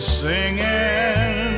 singing